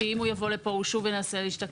כי אם הוא יבוא לפה הוא שוב ינסה להשתקע.